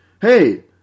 Hey